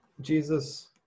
Jesus